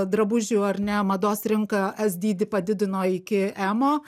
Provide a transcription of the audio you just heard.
drabužių ar ne mados rinka es dydį padidino iki emo